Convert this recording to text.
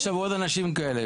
יש המון אנשים כאלה.